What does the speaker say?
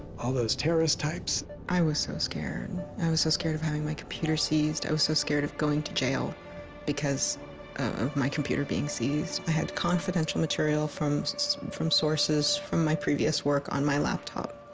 all those terrorist types i was so scared, i was so scared of having my computer ceased i was so scared of going to jail because of my computer being ceased i had confidential material from from sources from my previous work on my laptop,